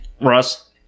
Russ